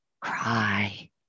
cry